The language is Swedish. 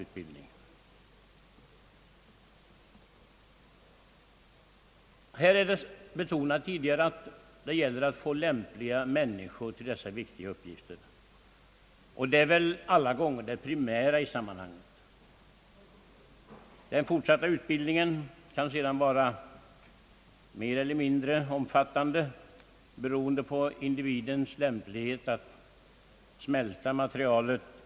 Man har tidigare betonat att det gäller att få lämpliga människor till dessa viktiga uppgifter. Detta är det primära i sammanhanget. Den fortsatta utbildningen kan sedan vara mer eller mindre omfattande, beroende på individens förmåga att smälta materialet.